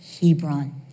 Hebron